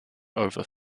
over